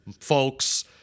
folks